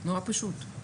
נורא פשוט.